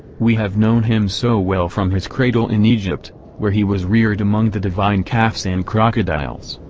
we have known him so well from his cradle in egypt, where he was reared among the divine calves and crocodiles,